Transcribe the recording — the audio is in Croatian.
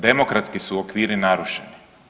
Demokratski su okviri narušeni.